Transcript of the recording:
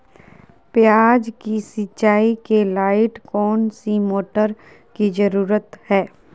प्याज की सिंचाई के लाइट कौन सी मोटर की जरूरत है?